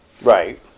Right